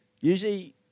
Usually